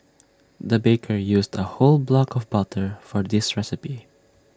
the baker used A whole block of butter for this recipe